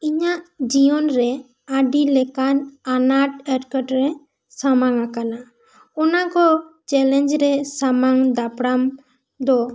ᱤᱧᱟᱹᱜ ᱡᱤᱭᱚᱱ ᱨᱮ ᱟ ᱰᱤ ᱞᱮᱠᱟᱱ ᱟᱱᱟᱴ ᱮᱴᱠᱮᱴᱚᱬᱮ ᱥᱟᱢᱟᱝ ᱟᱠᱟᱱᱟ ᱚᱱᱟ ᱠᱚ ᱪᱮᱞᱮᱱᱡᱽ ᱨᱮ ᱥᱟᱢᱟᱝ ᱫᱟᱯᱲᱟᱢ ᱫᱚ